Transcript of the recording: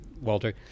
Walter